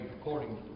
according